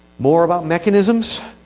more about mechanisms.